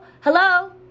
Hello